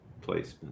placement